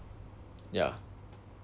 ya